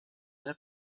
eine